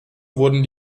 wurden